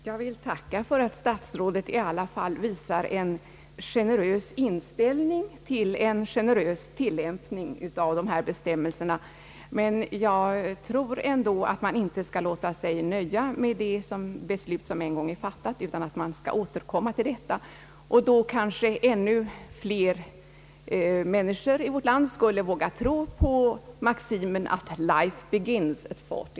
Herr talman! Jag vill tacka för att statsrådet i alla fall visar en generös inställning till en generös tillämpning av dessa bestämmelser, men jag tror ändå att man inte skall låta sig nöja med det beslut som en gång är fattat utan att man skall återkomma till detta, och då kanske ännu flera människor i vårt land skulle våga tro på maximen att »Life begins at forty».